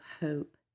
hope